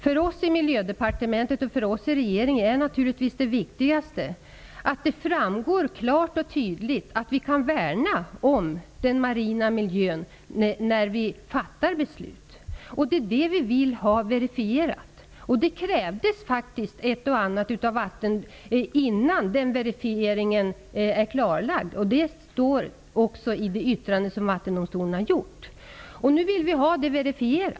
För oss i Miljödepartementet, och för oss i regeringen, är naturligtvis det viktigaste att det framgår klart och tydligt att vi kan värna om den marina miljön när vi fattar beslut. Det är det vi vill ha verifierat. Det krävs faktiskt ett och annat innan den verifieringen är klarlagd. Det står också i det yttrande som Vattendomstolen har lämnat. Vi vill nu ha en verifiering.